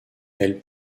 elle